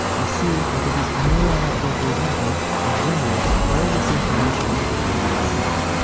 we see that it is a neural-network based method that generates all this information by itself!